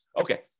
Okay